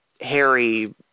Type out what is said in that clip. Harry